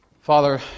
Father